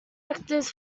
actors